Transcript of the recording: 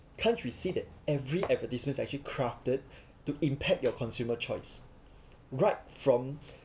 can't you see that every advertisement is actually crafted to impact your consumer choice right from